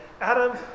Adam